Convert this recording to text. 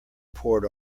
poured